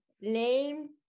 name